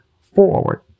forward